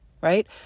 right